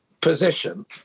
position